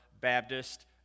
Baptist